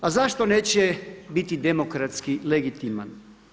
A zašto neće biti demokratski legitiman?